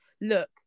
look